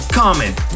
comment